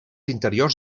interiors